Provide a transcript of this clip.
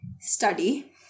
study